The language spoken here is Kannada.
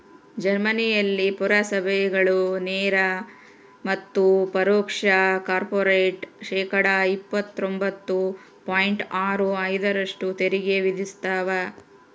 ಜರ್ಮನಿಯಲ್ಲಿ ಪುರಸಭೆಗಳು ನೇರ ಮತ್ತು ಪರೋಕ್ಷ ಕಾರ್ಪೊರೇಟ್ ಶೇಕಡಾ ಇಪ್ಪತ್ತೊಂಬತ್ತು ಪಾಯಿಂಟ್ ಆರು ಐದರಷ್ಟು ತೆರಿಗೆ ವಿಧಿಸ್ತವ